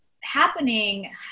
happening